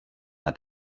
hat